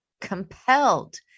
compelled